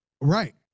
Right